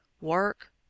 work